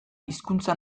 hizkuntza